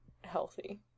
healthy